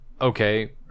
okay